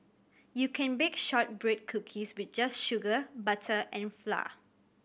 you can bake shortbread cookies with just sugar butter and flour